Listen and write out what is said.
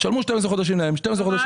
תשלמו להם 12 חודשים, תשלמו לנו 12 חודשים.